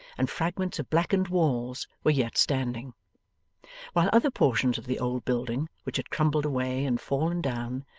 and fragments of blackened walls, were yet standing while other portions of the old building, which had crumbled away and fallen down,